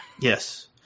Yes